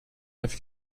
have